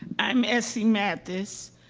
i'm essie mathis,